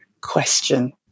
question